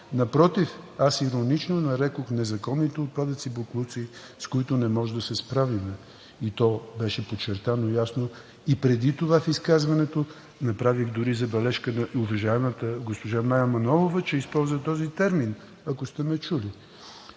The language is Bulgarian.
Напротив, аз иронично нарекох незаконните отпадъци боклуци, с които не можем да се справим, и то беше подчертано ясно и преди това в изказването. Направих дори забележка на уважаемата госпожа Мая Манолова, че използва този термин, ако сте ме чули.